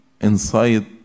inside